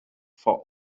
for